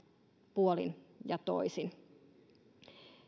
puolin ja toisin